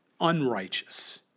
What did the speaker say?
unrighteous